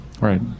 right